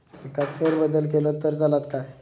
पिकात फेरबदल केलो तर चालत काय?